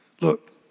Look